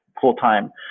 full-time